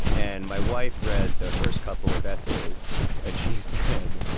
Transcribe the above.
and my wife read the first couple of essays and she said,